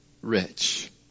rich